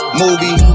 movie